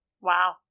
Wow